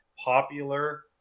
popular